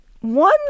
One